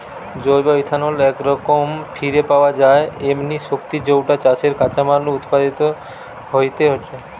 জৈব ইথানল একরকম ফিরে পাওয়া যায় এমনি শক্তি যৌটা চাষের কাঁচামাল নু উৎপাদিত হেইতে পারে